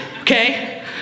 okay